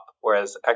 Whereas